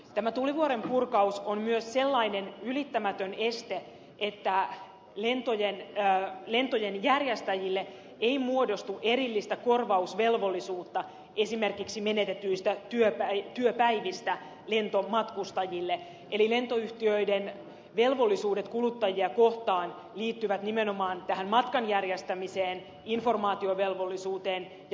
tämä tulivuorenpurkaus on myös sellainen ylittämätön este että lentojen järjestäjille ei muodostu erillistä korvausvelvollisuutta lentomatkustajille esimerkiksi menetetyistä työpäivistä eli lentoyhtiöiden velvollisuudet kuluttajia kohtaan liittyvät nimenomaan tähän matkan järjestämiseen informaatiovelvollisuuteen ja huolenpitoon